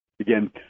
again